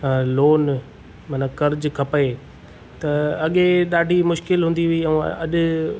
loan माना कर्ज़ु खपे त अॻे ॾाढी मुश्किल हूंदी हुइ ऐं अॼु